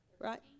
right